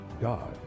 God